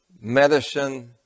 medicine